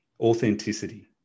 Authenticity